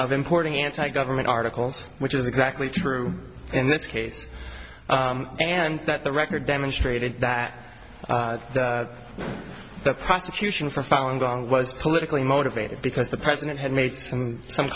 of importing anti government articles which is exactly true in this case and that the record demonstrated that the prosecution for falun gong was politically motivated because the president had made some some